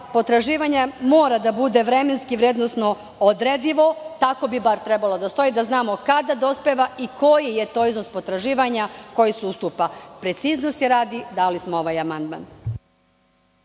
potraživanje mora da bude vremenski i vrednosno odredivo, tako bi bar trebalo da stoji, da znamo kada dospeva i koji je to iznos potraživanja koji se ustupa. Preciznosti radi dali smo ovaj amandman.